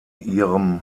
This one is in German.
ihrem